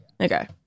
Okay